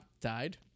died